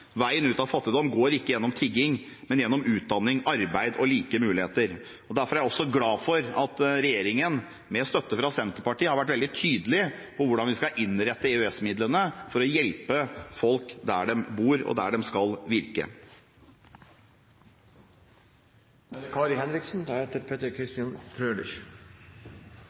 Veien ut av fattigdom går ikke gjennom tigging, men gjennom utdanning, arbeid og like muligheter. Derfor er jeg glad for at regjeringen, med støtte fra Senterpartiet, har vært veldig tydelig på hvordan vi skal innrette EØS-midlene for å hjelpe folk der de bor, og der de skal virke. Først takk til saksordføreren for håndtering av saken. Som saksordføreren selv sa, er det